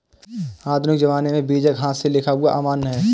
आधुनिक ज़माने में बीजक हाथ से लिखा हुआ अमान्य है